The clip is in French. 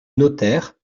notaire